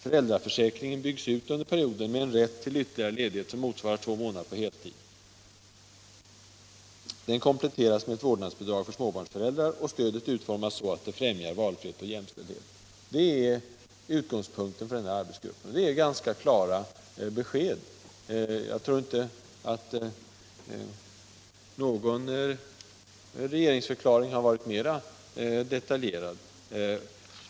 Föräldraförsäkringen byggs under perioden ut med en rätt till ytterligare ledighet motsvarande två månader på heltid. Den kompletteras med ett vårdnadsbidrag till småbarnsföräldrar. Stödet utformas så att det främjar valfrihet och jämställdhet.” Det är utgångspunkten för arbetsgruppen, och det är ganska klara besked. Jag tror inte att någon regeringsförklaring har varit mera detaljerad.